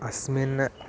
अस्मिन्